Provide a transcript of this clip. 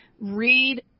read